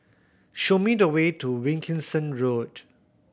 show me the way to Wilkinson Road